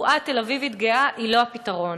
בועה תל-אביבית גאה היא לא הפתרון,